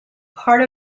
part